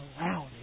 allowed